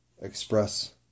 express